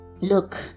look